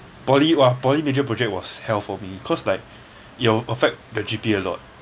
poly !wah! poly major project was hell for me cause like it will affect the G_P_A a lot